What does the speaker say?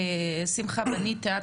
שמחה בניטה,